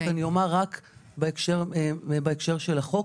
אני אומר רק בהקשר של החוק,